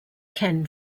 ken